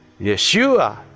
Yeshua